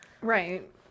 Right